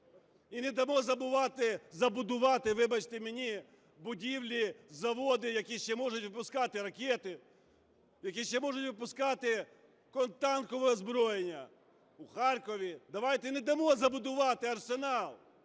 і не дамо забудувати, вибачте мені, будівлі, заводи, які ще можуть випускати ракети, які ще можуть випускати танкове озброєння в Харкові, давайте не дамо забудувати Арсенал.